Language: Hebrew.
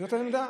זאת העמדה.